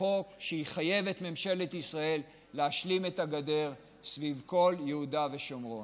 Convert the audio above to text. החוק שיחייב את ממשלת ישראל להשלים את הגדר סביב כל יהודה ושומרון.